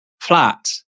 flat